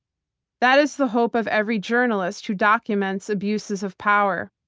that is the hope of every journalist who documents abuses of power.